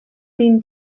been